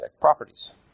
properties